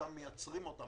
מייצרים אותם